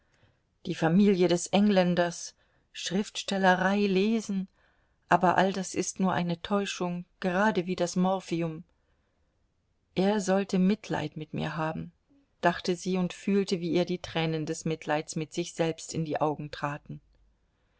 die familie des engländers schriftstellerei lesen aber all das ist nur eine täuschung gerade wie das morphium er sollte mitleid mit mir haben dachte sie und fühlte wie ihr die tränen des mitleids mit sich selbst in die augen traten